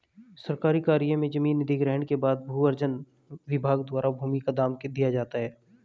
सरकारी कार्य में जमीन अधिग्रहण के बाद भू अर्जन विभाग द्वारा भूमि का दाम दिया जाता है